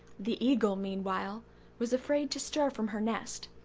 the eagle, meanwhile was afraid to stir from her nest,